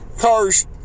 cars